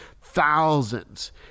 thousands